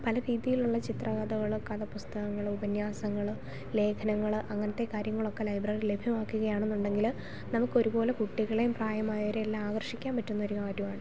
പല രീതിയിൽ ഉള്ള ചിത്ര കഥകൾ കഥാ പുസ്തകങ്ങൾ ഉപന്യാസങ്ങൾ ലേഖനങ്ങൾ അങ്ങനത്തെ കാര്യങ്ങൾ ഒക്കെ ലൈബ്രറി ലഭ്യമാക്കുക ആണെന്ന് ഉണ്ടെങ്കിൽ നമുക്ക് ഒരുപോലെ കുട്ടികളെയും പ്രായമായവരെ എല്ലാം ആകർഷിക്കാൻ പറ്റുന്ന ഒരു കാര്യമാണ്